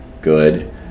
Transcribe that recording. good